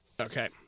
Okay